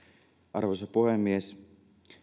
arvoisa puhemies